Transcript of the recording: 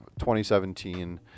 2017